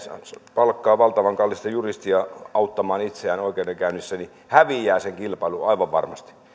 palkkaa valtavan kallista juristia auttamaan itseään oikeudenkäynnissä häviää sen kilpailun aivan varmasti